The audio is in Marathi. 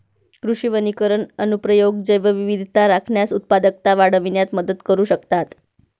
कृषी वनीकरण अनुप्रयोग जैवविविधता राखण्यास, उत्पादकता वाढविण्यात मदत करू शकतात